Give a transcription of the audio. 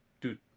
Dude